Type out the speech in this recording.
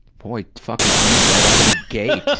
boy, fucking deep right out of the gate.